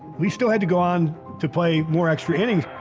we still had to go on to play more extra innings.